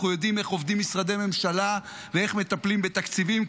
אנחנו יודעים איך עובדים משרדי ממשלה ואיך מטפלים בתקציבים,